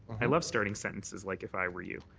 i love starting sentences, like if i were you,